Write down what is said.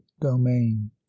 domain